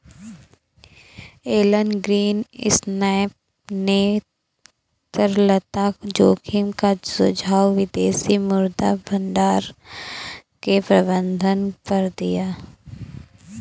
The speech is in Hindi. एलन ग्रीनस्पैन ने तरलता जोखिम का सुझाव विदेशी मुद्रा भंडार के प्रबंधन पर दिया